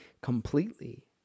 completely